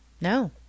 No